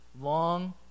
long